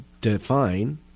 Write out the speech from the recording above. define